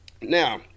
Now